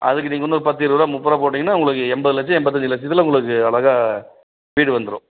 அதுக்கு நீங்கள் வந்து பத்து இருபது ரூபா முப்பது ரூபா போட்டீங்கன்னா உங்களுக்கு எண்பது லட்சம் எண்பத்தஞ்சு லட்சத்தில் உங்களுக்கு அழகா வீடு வந்துரும்